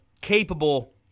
capable